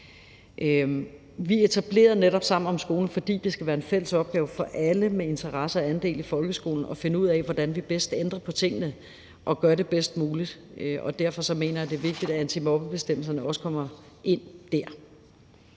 Vi etablerede netop Sammen om skolen, fordi det skal være en fælles opgave for alle med interesse og andel i folkeskolen at finde ud af, hvordan vi bedst ændrer på tingene og gør det bedst muligt. Derfor mener jeg, det er vigtigt, at antimobbebestemmelserne også kommer ind der.